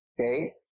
Okay